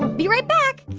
be right back.